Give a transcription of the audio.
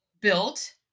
built